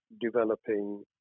developing